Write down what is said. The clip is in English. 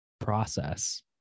process